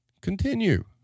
Continue